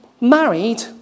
married